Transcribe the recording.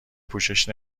پوشش